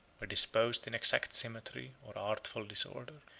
were disposed in exact symmetry or artful disorder.